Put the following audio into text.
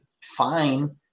fine